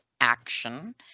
action